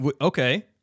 Okay